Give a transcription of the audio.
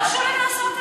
נא להירגע,